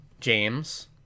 James